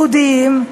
סיעודיים.